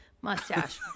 mustache